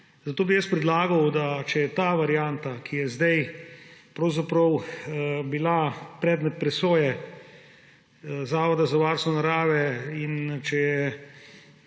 Zato bi jaz predlagal, če je ta varianta, ki je zdaj pravzaprav bila predmet presoje Zavoda za varstvo narave, in če